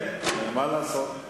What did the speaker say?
כן, מה לעשות.